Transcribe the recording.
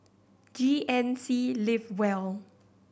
G N C Live well